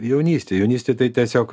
jaunystėj jaunystėj tai tiesiog